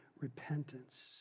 repentance